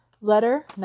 letter